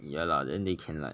ya lah then they can like